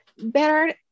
Better